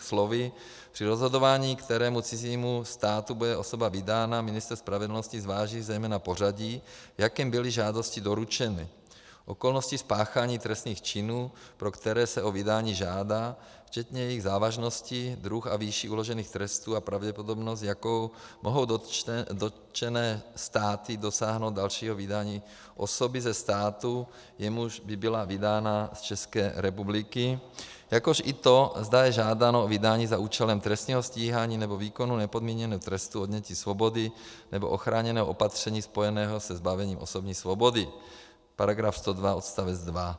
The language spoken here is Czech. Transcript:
Slovy při rozhodování, kterému cizímu státu bude osoba vydána, ministr spravedlnosti zváží zejména pořadí, v jakém byly žádosti doručeny, okolnosti spáchání trestných činů, pro které se o vydání žádá, včetně jejich závažnosti, druh a výši uložených trestů a pravděpodobnost, s jakou mohou dotčené státy dosáhnout dalšího vydání osoby ze státu, jemuž by byla vydána z České republiky, jakož i to, zda je žádáno o vydání za účelem trestního stíhání nebo výkonu nepodmíněného trestu odnětí svobody, nebo ochráněného opatření spojeného se zbavením osobní svobody § 102 odst. 2.